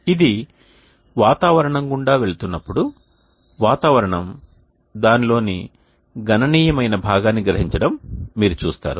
ఇది వాతావరణం గుండా వెళుతున్నప్పుడు వాతావరణం దానిలోని గణనీయమైన భాగాన్ని గ్రహించడం మీరు చూస్తారు